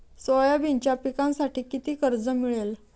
सोयाबीनच्या पिकांसाठी किती कर्ज मिळेल?